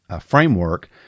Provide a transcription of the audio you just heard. framework